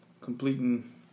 completing